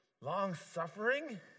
Long-suffering